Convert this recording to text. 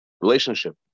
relationship